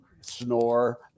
snore